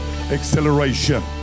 acceleration